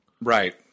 right